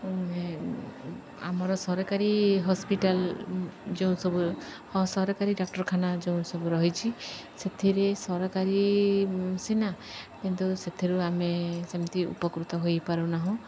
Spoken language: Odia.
ଆମର ସରକାରୀ ହସ୍ପିଟାଲ୍ ଯେଉଁ ସବୁ ସରକାରୀ ଡାକ୍ତରଖାନା ଯେଉଁ ସବୁ ରହିଛି ସେଥିରେ ସରକାରୀ ସିନା କିନ୍ତୁ ସେଥିରୁ ଆମେ ସେମିତି ଉପକୃତ ହୋଇପାରୁନାହୁଁ